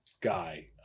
guy